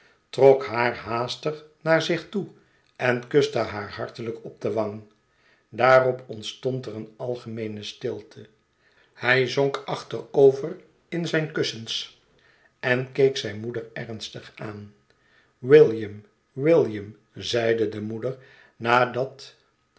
trok haar haastig naar zich toe en kuste haar hartelijk op de wang daarop ontstond er een algemeene stilte hij zonk achterover in zijn kussens en keek zijn moeder ernstig aan william william zeide de moeder nadat